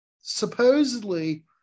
supposedly